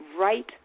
right